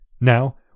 Now